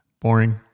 boring